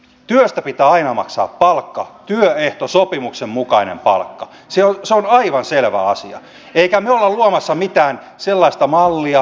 työstä pitää aina maksaa palkka työehtosopimuksen mukainen palkka se on aivan selvä asia emmekä me ole luomassa mitään sellaista halpatyömarkkinoiden mallia